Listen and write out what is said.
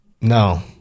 no